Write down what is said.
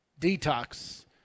detox